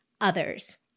others